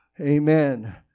amen